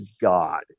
God